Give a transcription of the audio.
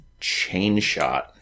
Chainshot